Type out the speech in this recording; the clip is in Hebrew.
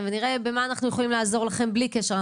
ונראה במה אנחנו יכולים לעזור לכם בלי קשר,